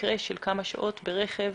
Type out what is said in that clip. מקרה של כמה שעות ברכב